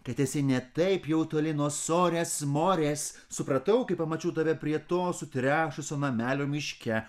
kad esi ne taip jau toli nuo sorės morės supratau kai pamačiau tave prie to sutrešusio namelio miške